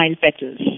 petals